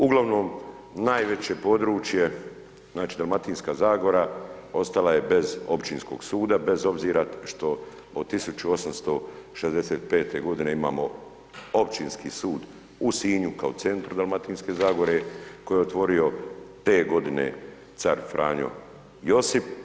Uglavnom, najveće područje, znači, Dalmatinska zagora ostala je bez općinskog suda bez obzira što od 1865. godine imamo Općinski sud u Sinju kao centru Dalmatinske zagore, koji je otvorio te godine car Franjo Josip.